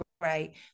great